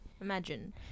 Imagine